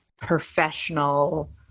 professional